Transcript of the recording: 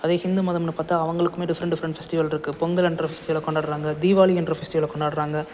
அதே ஹிந்து மதம்ன்னு பார்த்தா அவங்களுக்குமே டிஃப்ரெண்ட் டிஃப்ரெண்ட் ஃபெஸ்டிவலிருக்கு பொங்கல் என்ற ஃபெஸ்டிவலை கொண்டாடுறாங்க தீவாளி என்ற ஃபெஸ்டிவலை கொண்டாடுறாங்க